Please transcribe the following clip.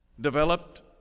developed